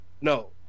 No